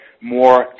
more